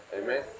Amen